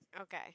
Okay